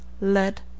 Lead